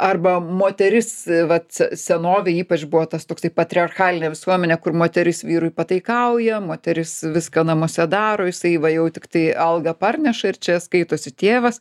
arba moteris vat senovėj ypač buvo tas toksai patriarchalinė visuomenė kur moteris vyrui pataikauja moteris viską namuose daro jisai va jau tiktai algą parneša ir čia skaitosi tėvas